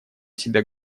себя